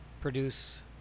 produce